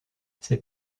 ses